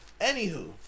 Anywho